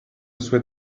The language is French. souhaite